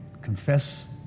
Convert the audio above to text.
confess